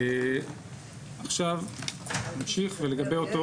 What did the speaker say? עכשיו נמשיך לגבי אותו